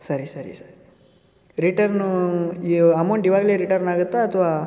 ಸರಿ ಸರಿ ಸರಿ ರಿಟರ್ನೂ ಈ ಅಮೌಂಟ್ ಇವಾಗಲೇ ರಿಟರ್ನ್ ಆಗುತ್ತಾ ಅಥವಾ